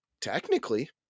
Technically